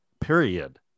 period